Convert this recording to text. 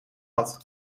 had